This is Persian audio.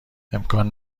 امکان